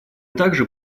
также